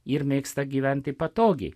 ir mėgsta gyventi patogiai